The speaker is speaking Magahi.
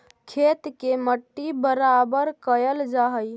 खेत के मट्टी बराबर कयल जा हई